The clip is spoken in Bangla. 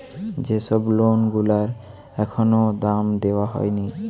যে সব লোন গুলার এখনো দাম দেওয়া হয়নি